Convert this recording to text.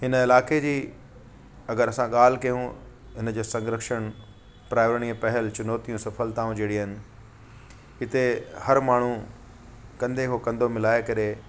इन इलाके जी अगरि असां ॻाल्हि कयूं इनजो संरक्षण प्रायाणियू पहल चुनौतियूं सफलताऊं जहिड़ियूं आहिनि इते हर माण्हू कंधे खां कंधो मिलाइ करे